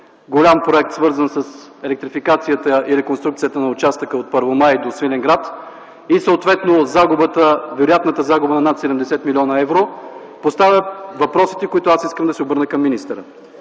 голям проект, свързан с електрификацията и реконструкцията на участъка от Първомай до Свиленград, и съответно вероятната загуба от над 70 млн. евро, поставят въпросите, по които аз искам да се обърна към министъра: